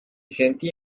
sentì